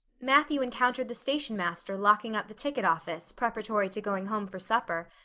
matthew encountered the stationmaster locking up the ticket office preparatory to going home for supper,